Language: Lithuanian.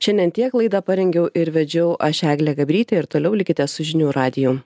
šiandien tiek laidą parengiau ir vedžiau aš eglė gabrytė ir toliau likite su žinių radiju